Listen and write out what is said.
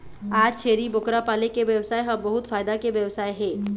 आज छेरी बोकरा पाले के बेवसाय ह बहुत फायदा के बेवसाय हे